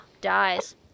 dies